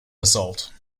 basalt